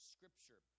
Scripture